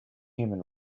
human